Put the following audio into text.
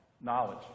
knowledge